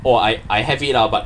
orh I I have it lah but